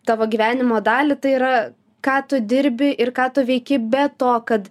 tavo gyvenimo dalį tai yra ką tu dirbi ir ką tu veiki be to kad